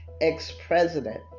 ex-president